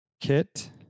kit